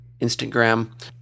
Instagram